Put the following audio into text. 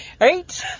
right